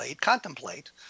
contemplate